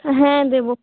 হ্যাঁ দেবো